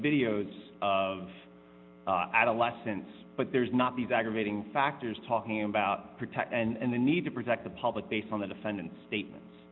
videos of adolescence but there's not these aggravating factors talking about protect and the need to protect the public based on the defendant's statements